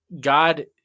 God